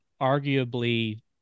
arguably